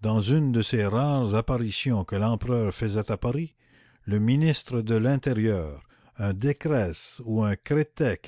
dans une de ces rares apparitions que l'empereur faisait à paris le ministre de l'intérieur un decrès ou un crétet